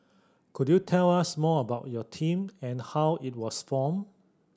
could you tell us more about your team and how it was formed